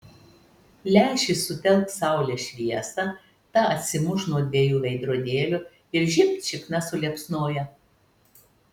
lęšis sutelks saulės šviesą ta atsimuš nuo dviejų veidrodėlių ir žibt šikna suliepsnoja